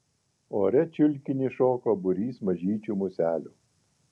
ore čiulkinį šoko būrys mažyčių muselių